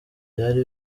byari